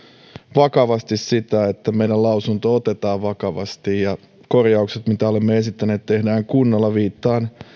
vakavasti sitä että meidän lausuntomme otetaan vakavasti ja korjaukset joita olemme esittäneet tehdään kunnolla viittaan